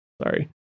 Sorry